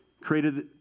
created